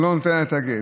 לא נותן לה את הגט.